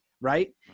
right